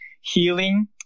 healing